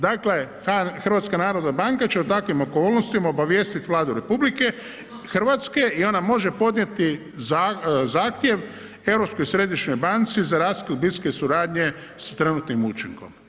Dakle HNB će u takvim okolnostima obavijesti Vladu RH i ona može podnijeti zahtjev Europskoj središnjoj banci za raskid bliske suradnje s trenutnim učinkom.